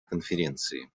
конференции